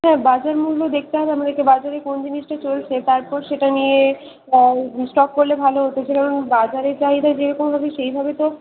হ্যাঁ বাজার মূল্য দেখতে হবে আমাদেরকে বাজারে কোন জিনিসটা চলছে তারপর সেটা নিয়ে স্টক করলে ভালো হতো বাজারে চাহিদা যেরকম হবে সেই ভাবে তো